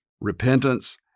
repentance